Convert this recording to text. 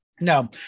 No